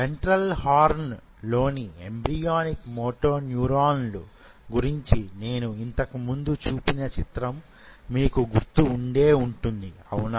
ventral horn లోని embryonic motor న్యూరాన్లు గురించి నేను ఇంతకు ముందు చూపిన చిత్రం మీకు గుర్తు ఉండే ఉంటుంది అవునా